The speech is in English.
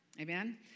Amen